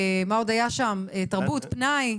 תרבות ופנאי.